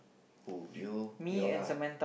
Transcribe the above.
who you they all lah